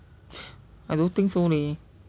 I don't think so leh